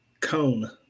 cone